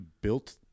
built